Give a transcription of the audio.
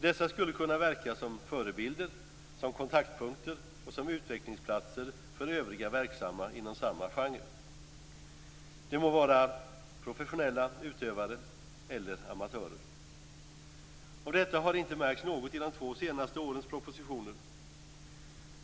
Dessa skulle kunna verka som förebilder, som kontaktpunkter och som utvecklingsplatser för övriga verksamma inom samma genre, det må vara professionella utövare eller amatörer. Av detta har det inte märkts något i de två senaste årens propositioner.